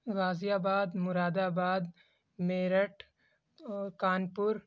غازی آباد مراد آباد میرٹھ کانپور